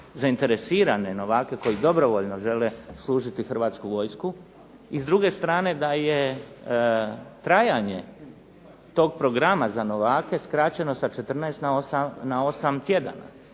zainteresirane novake koji dobrovoljno žele služiti Hrvatsku vojsku. I s druge strane da je trajanje tog programa za novake skraćeno sa 14 na 8 tjedana.